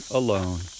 alone